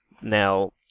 Now